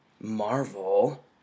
Marvel